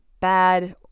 bad